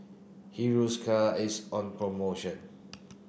Hiruscar is on promotion